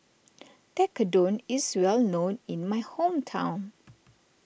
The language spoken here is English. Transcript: Tekkadon is well known in my hometown